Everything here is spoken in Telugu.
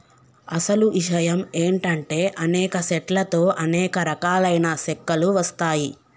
అసలు ఇషయం ఏంటంటే అనేక సెట్ల తో అనేక రకాలైన సెక్కలు వస్తాయి